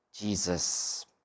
Jesus